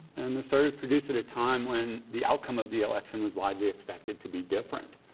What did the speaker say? and the story was produced at a time when the outcome of the election was widely expected to be different.